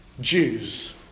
jews